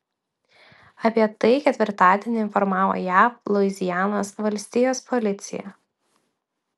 apie tai ketvirtadienį informavo jav luizianos valstijos policija